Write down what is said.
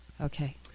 Okay